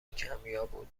کمیاب